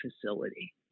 facility